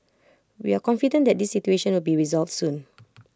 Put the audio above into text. we are confident that this situation will be resolved soon